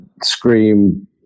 scream